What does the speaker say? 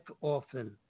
often